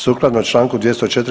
Sukladno čl. 204.